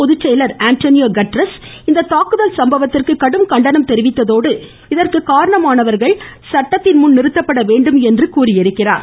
பொதுச்செயலர் Antonio Guterres இந்த தாக்குதல் சம்பவத்திற்கு கடும் கண்டனம் தெரிவித்ததோடு இதற்கு காரணமானவர்கள் சட்டத்தின் முன்னர் நிறுத்தப்பட வேண்டும் என்று வலியுறுத்தியுள்ளார்